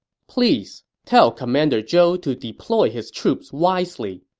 please tell commander zhou to deploy his troops wisely.